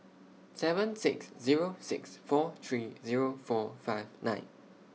seven six Zero six four three Zero four five nine